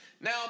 Now